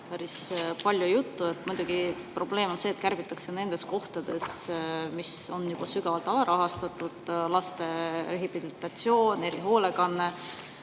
päris palju juttu. Muidugi on probleem see, et kärbitakse nendest kohtadest, mis on juba sügavalt alarahastatud: laste rehabilitatsioon, erihoolekanne.